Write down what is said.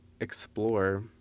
explore